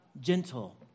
gentle